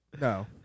No